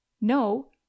No